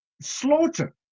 slaughter